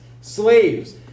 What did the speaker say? slaves